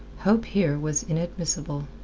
hope here was inadmissible.